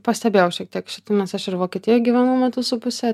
pastebėjau šiek tiek šitą nes aš ir vokietijoj gyvenau metus su puse